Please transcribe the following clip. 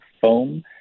foam